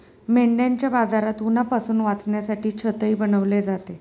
मेंढ्यांच्या बाजारात उन्हापासून वाचण्यासाठी छतही बनवले जाते